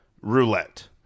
roulette